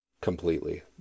Completely